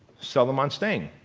sell them on staying.